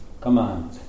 command